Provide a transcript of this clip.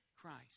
Christ